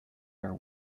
are